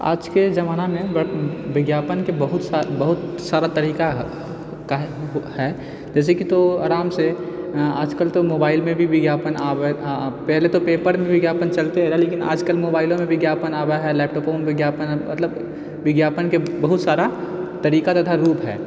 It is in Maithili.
आजके जमानामे विज्ञापन कऽ बहुत सा बहुत सारा तरीका हइ जैसे कि तो आरामसँ आजकल तऽ मोबाइलमे भी विज्ञापन आवै पहले तऽ पेपरमे विज्ञापन चलिते रहै लेकिन आजकल मोबाइलोमे विज्ञापन आवऽ हइ लैपटोपोपर विज्ञापन मतलब विज्ञापनके बहुत सारा तरीका तथा रूप हइ